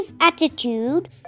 attitude